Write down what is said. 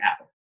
out